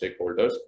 stakeholders